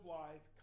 life